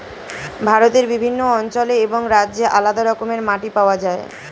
ভারতের বিভিন্ন অঞ্চলে এবং রাজ্যে আলাদা রকমের মাটি পাওয়া যায়